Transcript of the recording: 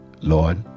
Lord